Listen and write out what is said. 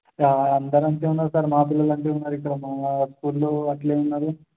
అందరు అంతే ఉన్నారు సార్ మా పిల్లలు అంతే ఉన్నారు ఇక్కడ మా స్కూల్లో అట్లాగే ఉన్నారు